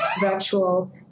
virtual